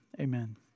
Amen